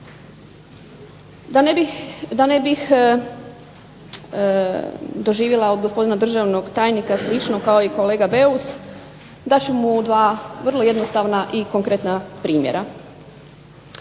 Da ne bih doživjela od gospodina državnog tajnika slično kao i kolega Beus dat ću mu 2 vrlo jednostavna i konkretna primjera.